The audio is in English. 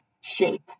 shape